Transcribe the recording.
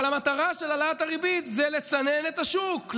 אבל המטרה של העלאת הריבית היא לצנן את השוק,